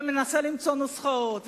ומנסה למצוא נוסחאות,